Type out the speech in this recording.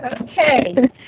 Okay